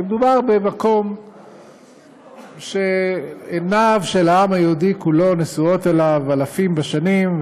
כשמדובר במקום שעיניו של העם היהודי כולו נשואות אליו 2,000 שנים,